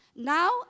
Now